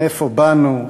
מאיפה באנו,